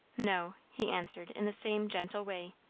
no, he answered in the same gentle way.